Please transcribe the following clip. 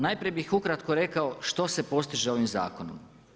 Najprije bih ukratko rekao što se postiže ovim zakonom.